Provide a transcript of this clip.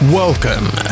welcome